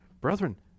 Brethren